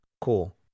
cool